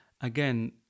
Again